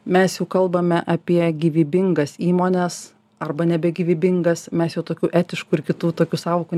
mes jau kalbame apie gyvybingas įmones arba nebegyvybingas mes jau tokių etiškų ir kitų tokių sąvokų